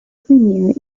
premiere